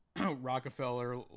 Rockefeller